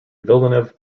villeneuve